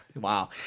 Wow